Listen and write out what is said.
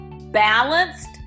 balanced